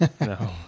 No